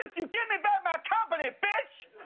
you give me back my company, bitch!